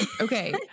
okay